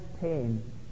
pain